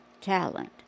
talent